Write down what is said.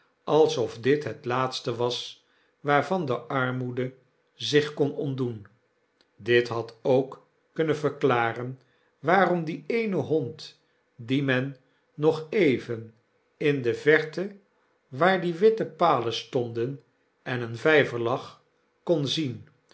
alsof dit het laatste was waarvan de armoede zich kon ontdoen dit had ook kunnen verklaren waarom die eene hond dien men nog even in de verte waar die witte palen stonden en een vflver lag kon zien